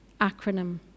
acronym